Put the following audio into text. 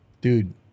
Dude